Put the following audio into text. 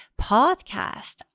Podcast